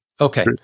okay